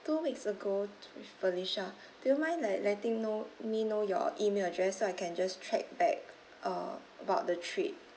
two weeks ago to felicia do mind like letting know me know your email address so I can just track back uh about the trip